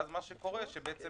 והם בעצם